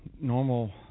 normal